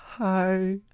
Hi